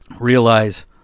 realize